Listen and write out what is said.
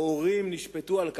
הורים גם נשפטו על כך,